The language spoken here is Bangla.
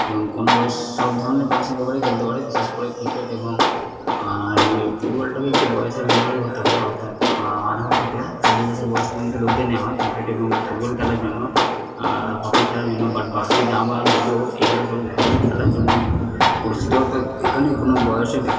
এবং কোন বয়স সব ধরনের বয়েসের লোকেরাই খেলতে পারে বিশেষ করে ক্রিকেট এবং আর ইয়ে ফুটবলটাকে একটু বয়সের হতে হয় অর্থাৎ আঠেরো থেকে চল্লিশ বছর বয়স পর্যন্ত লোকদের নেওয়া হয় ক্রিকেট এবং ফুটবল খেলার জন্য আর হকি খেলার জন্য বাট বাকি দাবা লুডো এইগুলো সব ঘরে খেলার জন্য পরিস্থিতি এই কারণে কোনো বয়সের